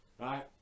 right